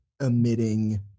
emitting